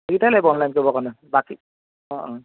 সেইকেইটাই লাগিব অনলাইন কৰিবৰ কাৰণে বাকী অঁ অঁ